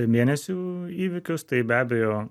mėnesių įvykius tai be abejo